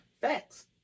Facts